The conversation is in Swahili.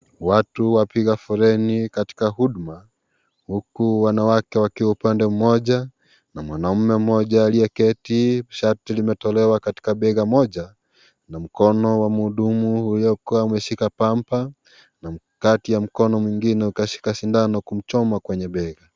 Watu wapiga foleni katika huduma, huku wanawake wakiwa upande mmoja na mwanamume mmoja aliyeketi shati limetolewa katika bega moja, na mkono wa mhudumu aliokuwa umeshika pamba na kati ya mkono mwingine ukashika sindano kumchoma kwenye bega.